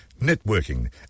networking